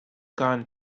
gone